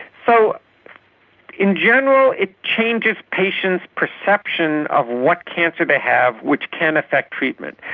so in general it changes patients' perception of what cancer they have, which can affect treatment.